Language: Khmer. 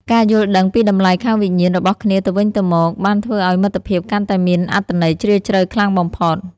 ការយល់ដឹងពីតម្លៃខាងវិញ្ញាណរបស់គ្នាទៅវិញទៅមកបានធ្វើឱ្យមិត្តភាពកាន់តែមានអត្ថន័យជ្រាលជ្រៅខ្លាំងបំផុត។